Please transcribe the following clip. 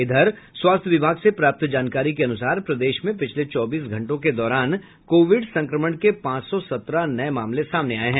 इधर स्वास्थ्य विभाग से प्राप्त जानकारी के अनुसार प्रदेश में पिछले चौबीस घंटो के दौरान कोविड संक्रमण के पांच सौ सत्रह नये मामले सामने आये हैं